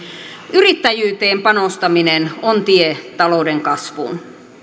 yrittäjyyteen panostaminen on tie talouden kasvuun